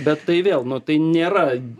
bet tai vėl nu tai nėra